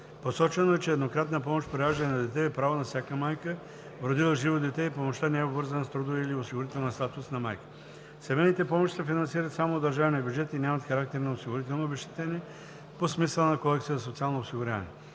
Посочено е, че еднократната помощ при раждане на дете е право на всяка майка, родила живо дете и помощта не е обвързана с трудовия или осигурителния статус на майката. Семейните помощи се финансират само от държавния бюджет и нямат характер на осигурителни обезщетения по смисъла на Кодекса за социално осигуряване.